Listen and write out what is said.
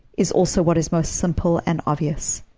is also what is most simple and obvious,